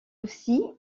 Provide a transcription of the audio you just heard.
aussi